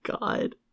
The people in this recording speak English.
God